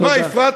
לא פעם,